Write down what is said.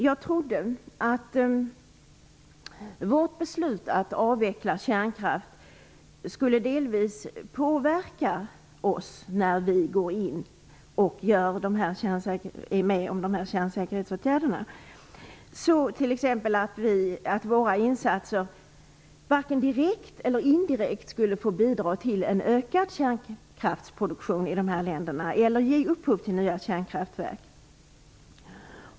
Jag trodde att vårt beslut att avveckla kärnkraft delvis skulle påverka oss när vi är med om dessa kärnsäkerhetsåtgärder. Jag trodde t.ex. att våra insatser varken direkt eller indirekt skulle få bidra till en ökad kärnkraftsproduktion i dessa länder eller ge upphov till nya kärnkraftverk.